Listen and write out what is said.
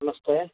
नमस्ते